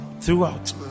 throughout